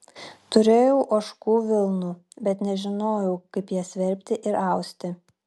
turėjau ožkų vilnų bet nežinojau kaip jas verpti ir austi